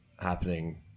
happening